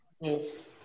Yes